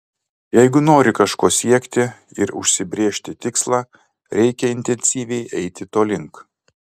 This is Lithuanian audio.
jeigu nori kažko siekti ir užsibrėžti tikslą reikia intensyviai eiti to link